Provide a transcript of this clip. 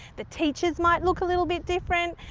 the teachers might look a little bit different,